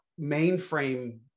mainframe